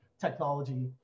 technology